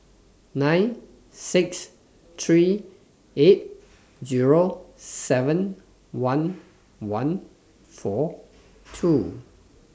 nine six three eight Zero seven one one four two